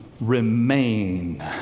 remain